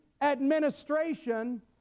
administration